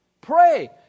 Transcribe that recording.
Pray